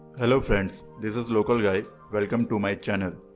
hello friends, this is localguy. welcome to my channel.